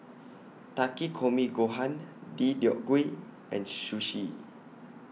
Takikomi Gohan Deodeok Gui and Sushi